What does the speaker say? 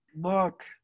Look